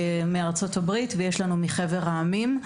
מארצות הברית ומחבר העמים.